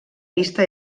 vista